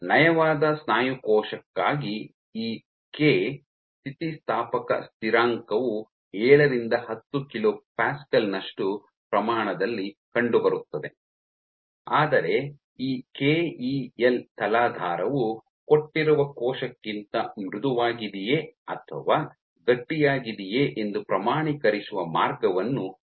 ನಯವಾದ ಸ್ನಾಯು ಕೋಶಕ್ಕಾಗಿ ಈ ಕೆ ಸ್ಥಿತಿಸ್ಥಾಪಕ ಸ್ಥಿರಾಂಕವು ಏಳರಿಂದ ಹತ್ತು ಕಿಲೋ ಪ್ಯಾಸ್ಕಲ್ ನಷ್ಟು ಪ್ರಮಾಣದಲ್ಲಿ ಕಂಡುಬರುತ್ತದೆ ಆದರೆ ಈ ಕೆಇಎಲ್ ತಲಾಧಾರವು ಕೊಟ್ಟಿರುವ ಕೋಶಕ್ಕಿಂತ ಮೃದುವಾಗಿದೆಯೇ ಅಥವಾ ಗಟ್ಟಿಯಾಗಿದೆಯೆ ಎಂದು ಪ್ರಮಾಣೀಕರಿಸುವ ಮಾರ್ಗವನ್ನು ಒದಗಿಸುತ್ತದೆ